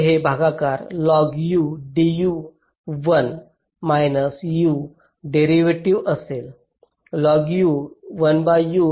तर हे भागाकार 1 मैनास U डेरिव्हेटिव्ह असेल